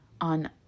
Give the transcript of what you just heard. on